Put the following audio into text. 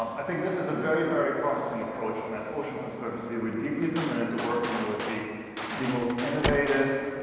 um i think this is a very, very promising approach and at ocean conservancy we are deeply committed to working with the the most innovative,